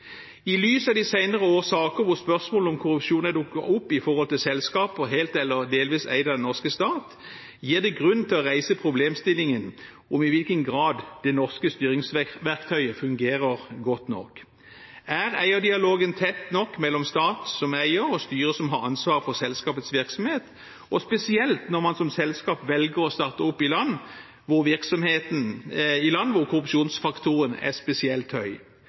I lys av de senere års saker og spørsmål om korrupsjon som er dukket opp i forbindelse med selskaper helt eller delvis eid av den norske stat, er det grunn til å reise problemstillingen om det norske styringsverktøyet fungerer godt nok. Er eierdialogen tett nok mellom staten som eier og styret som har ansvar for selskapets virksomhet, og spesielt når man som selskap velger å starte opp i land der korrupsjonsfaktoren er spesielt høy?